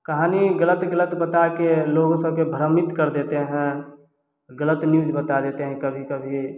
कहानी गलत गलत बता के लोगों सबके फिर भ्रमित कर देते हैं गलत न्यूज़ बता देते हैं कभी कभी